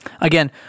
Again